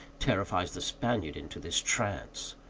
terrifies the spaniard into this trance.